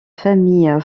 famille